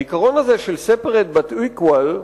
העיקרון הזה של separate but equal,